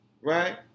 right